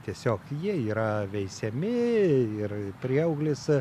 tiesiog jie yra veisiami ir prieauglis